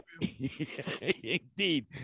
Indeed